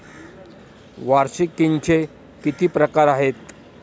वार्षिकींचे किती प्रकार आहेत?